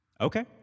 Okay